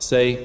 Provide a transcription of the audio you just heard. Say